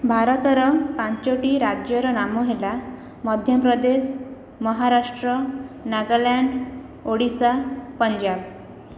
ଭାରତର ପାଞ୍ଚଗୋଟି ରାଜ୍ୟର ନାମ ହେଲା ମଧ୍ୟପ୍ରଦେଶ ମହାରାଷ୍ଟ୍ର ନାଗାଲାଣ୍ଡ ଓଡ଼ିଶା ପଞ୍ଜାବ